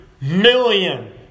million